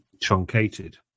truncated